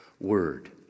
word